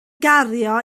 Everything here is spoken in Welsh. gario